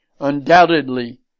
undoubtedly